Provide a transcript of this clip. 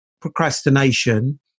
procrastination